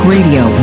Radio